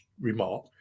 remark